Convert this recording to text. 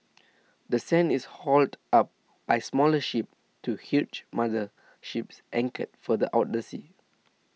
the sand is hauled up by smaller ships to huge mother ships anchored further out the sea